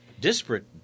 disparate